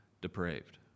depraved